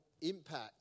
impact